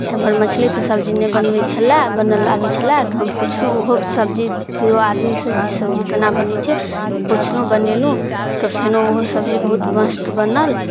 एमहर मछलीके सब्जी नहि बनबै छलऽ बनल आबै छलऽ तऽ हम पुछलहुँ ओहो सब्जी दू आदमीसँ जे ई सब्जी केना बनै छै पुछलहुँ बनेलहुँ तऽ फेनो ओहो सब्जी बहुत मस्त बनल